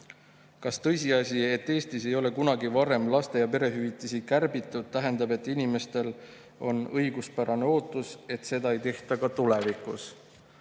Kas tõsiasi, et Eestis ei ole kunagi varem laste- ja perehüvitisi kärbitud, tähendab, et inimestel on õiguspärane ootus, et seda ei tehta ka tulevikus?